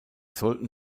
sollten